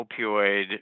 opioid